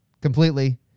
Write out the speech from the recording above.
completely